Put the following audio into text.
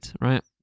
right